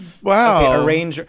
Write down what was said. Wow